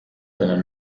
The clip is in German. einen